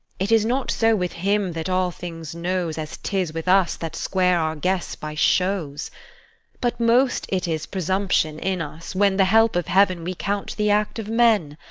it is not so with him that all things knows, as tis with us that square our guess by shows but most it is presumption in us when the help of heaven we count the act of men.